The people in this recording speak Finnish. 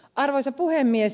arvoisa puhemies